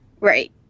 Right